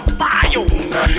bio